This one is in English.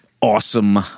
Awesome